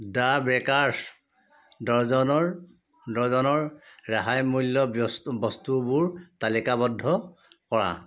the bakers ডজনৰ ডজনৰ ৰেহাই মূল্য ব্যস্ বস্তুবোৰ তালিকাবদ্ধ কৰা